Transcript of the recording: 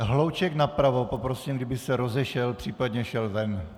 Hlouček napravo poprosím, kdyby se rozešel, případně šel ven!